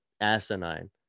asinine